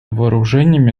вооружениями